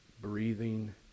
breathing